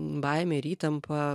baimę ir įtampą